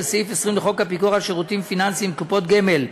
סעיף 20 לחוק הפיקוח על שירותים פיננסיים (קופות גמל),